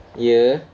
ya